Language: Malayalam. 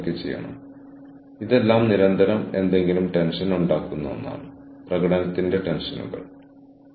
നെറ്റ്വർക്കുചെയ്ത പ്രവർത്തനത്തിന്റെ വ്യക്തിഗത വീക്ഷണം നോക്കുകയാണെങ്കിൽ ജീവനക്കാരുടെ ഐഡന്റിറ്റികൾ ലിമിനൽ സ്പെയ്സിൽ ആണ്